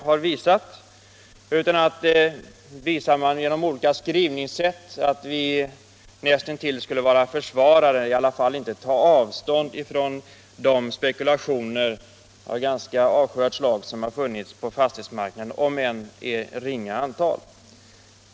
Genom sitt skrivsätt visar utskottsmajoriteten att man anser att vi näst intill försvarar och i varje fall inte tar avstånd från de spekulationer av ganska avskyvärt slag som gjorts på fastighetsmarknaden om än i ringa antal.